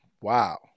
Wow